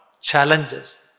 Challenges